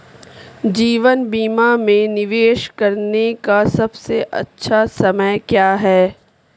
जीवन बीमा में निवेश करने का सबसे अच्छा समय क्या है?